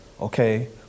okay